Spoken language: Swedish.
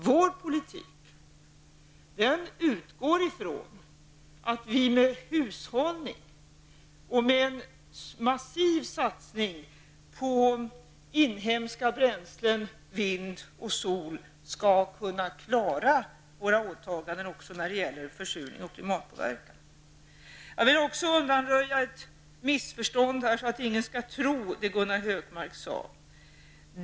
Vår politik utgår från att vi med hushållning och med en massiv satsning på inhemska bränslen, vind och sol skall kunna klara våra åtaganden också när det gäller försurning och klimatpåverkan. Jag vill också undanröja ett missförstånd så att ingen skall tro det Gunnar Hökmark sade.